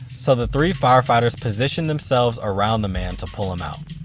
so the three firefighters position themselves around the man to pull him out.